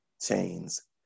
chains